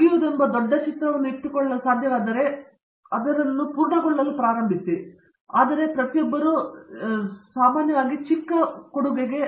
ಮುಗಿಯುವುದೆಂಬ ದೊಡ್ಡ ಚಿತ್ರವನ್ನು ಇಟ್ಟುಕೊಳ್ಳಲು ಸಾಧ್ಯವಾದರೆ ಅದರ ಭಾಗ ಪೂರ್ಣಗೊಳ್ಳಲು ಪ್ರಾರಂಭಿಸಿ ಆದರೆ ನಮ್ಮಲ್ಲಿ ಪ್ರತಿಯೊಬ್ಬರೂ ಚಿಕ್ಕದಕ್ಕೆ ಕೊಡುಗೆ ನೀಡುತ್ತಾರೆ